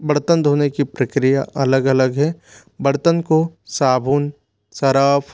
बर्तन धोने की प्रक्रिया अलग अलग है बर्तन को साबुन सरफ़